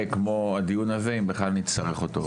אם בכלל נצטרך אותו.